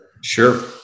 Sure